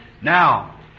Now